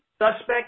Suspect